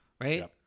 right